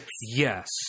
Yes